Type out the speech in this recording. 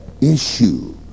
issue